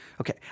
Okay